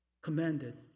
commanded